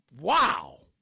wow